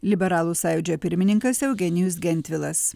liberalų sąjūdžio pirmininkas eugenijus gentvilas